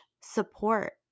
support